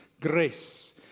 grace